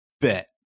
bet